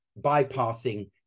bypassing